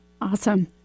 Awesome